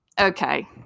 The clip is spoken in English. okay